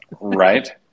Right